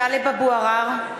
(קוראת בשמות חברי הכנסת) טלב אבו עראר,